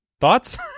Thoughts